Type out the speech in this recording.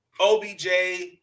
OBJ